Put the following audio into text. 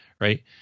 Right